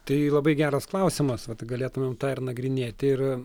tai labai geras klausimas vat tai galėtumėm tą ir nagrinėti ir